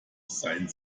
seien